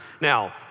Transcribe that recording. Now